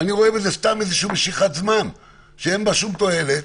אני רואה בזה סתם איזושהי משיכת זמן שאין בה שום תועלת.